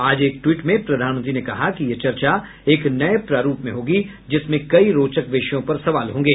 आज एक ट्वीट में प्रधानमंत्री ने कहा कि यह चर्चा एक नए प्रारूप में होगी जिसमें कई रोचक विषयों पर सवाल होंगे